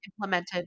implemented